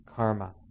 Karma